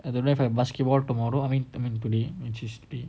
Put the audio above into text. I don't know if have basketball tomorrow I mean I mean which is free